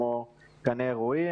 גני אירועים.